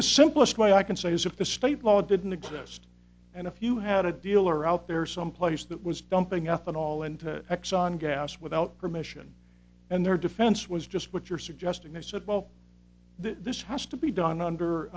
the simplest way i can say is if the state law didn't exist and if you had a dealer out there someplace that was dumping ethanol into exxon gas without permission and their defense was just what you're suggesting they said well this has to be done